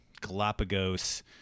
Galapagos